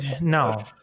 No